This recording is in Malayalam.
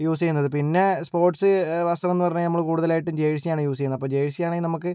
യൂസ് ചെയ്യുന്നത് പിന്നെ സ്പോർട്സ് വസ്ത്രം എന്ന് പറഞ്ഞാൽ നമ്മള് കൂടുതലായിട്ടും ജേഴ്സിയാണ് യൂസ് ചെയ്യുന്നത് അപ്പം ജേർസിയാണെങ്കിൽ നമുക്ക്